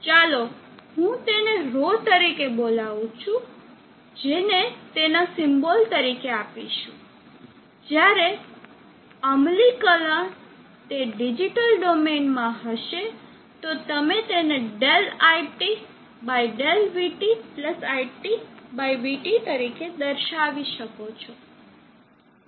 ચાલો હું તેને ρ તરીકે બોલાવું છું જેને તેના સિમ્બોલ તરીકે આપીશું જ્યારે અમલીકરણ તે ડિજિટલ ડોમેન માં હશે તો તમે તેને ∆iT∆vT iTvT તરીકે દર્શાવી શકો છો